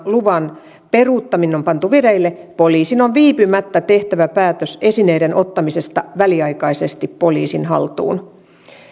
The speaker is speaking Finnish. luvan peruuttaminen on pantu vireille poliisin on viipymättä tehtävä päätös esineiden ottamisesta väliaikaisesti poliisin haltuun